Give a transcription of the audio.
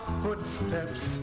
footsteps